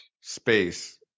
Space